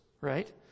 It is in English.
right